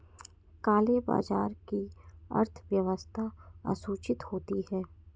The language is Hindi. काले बाजार की अर्थव्यवस्था असूचित होती है